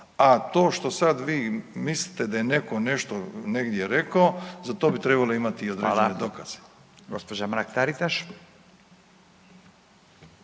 A to što sad vi mislite da je netko nešto negdje rekao za to bi trebali imati i određene dokaze. **Radin, Furio